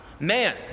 man